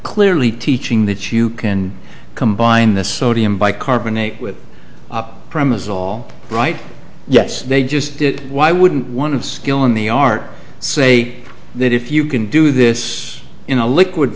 clearly teaching that you can combine the sodium by carbonate with up premises all right yes they just did why wouldn't one skill in the art say that if you can do this in a liquid